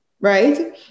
right